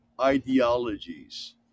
ideologies